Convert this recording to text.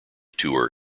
tour